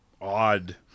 odd